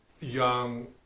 young